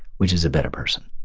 which is a better person,